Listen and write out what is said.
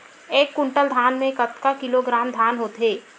एक कुंटल धान में कतका किलोग्राम धान होथे?